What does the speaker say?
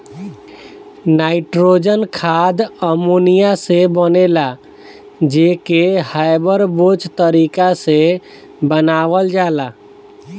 nitrogen खाद ammonia से बनेला जे के हैबर बोच तारिका से बनावल जाला